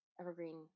evergreen